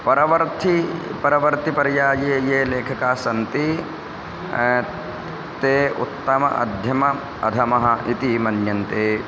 परवर्थि परवर्तिपर्याये ये लेखकास्सन्ति ते उत्तमः मध्यमः अधमः इति मन्यन्ते